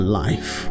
life